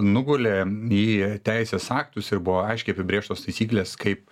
nugulė į teisės aktus ir buvo aiškiai apibrėžtos taisyklės kaip